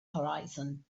horizon